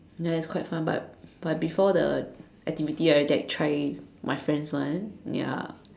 that's quite fun but but before the activity I have tried my friend's one ya